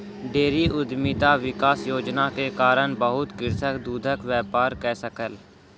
dairy उद्यमिता विकास योजना के कारण बहुत कृषक दूधक व्यापार कय सकल